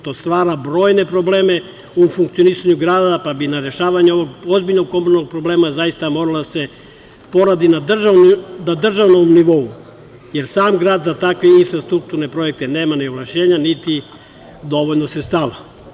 To stvara brojne probleme u funkcionisanju grada, pa bi na rešavanju ovog ozbiljnog komunalnog problema moralo da se poradi na državnom nivou, jer sam grad za takve infrastrukturne projekte nema ovlašćenja, niti dovoljno sredstava.